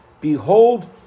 Behold